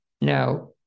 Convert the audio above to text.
Now